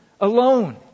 alone